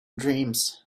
dreams